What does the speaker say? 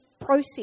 process